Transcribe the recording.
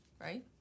right